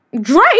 Drake